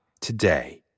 today